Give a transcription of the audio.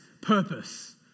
Purpose